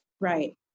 Right